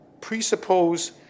presuppose